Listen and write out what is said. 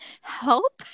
help